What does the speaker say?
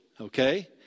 okay